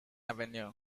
avenue